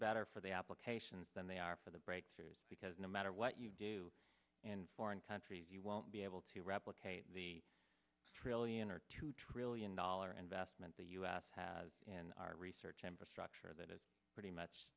better for the applications than they are for the breakthrough because no matter what you do in foreign countries you won't be able to replicate the trillion or two trillion dollar investment the u s has in our research amber structure that is pretty much